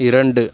இரண்டு